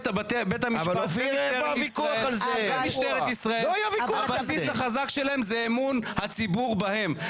בית-המשפט ומשטרת ישראל - הבסיס החזק שלהם זה אמון הציבור בהם.